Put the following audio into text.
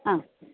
ആ